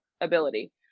ability